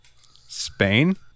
Spain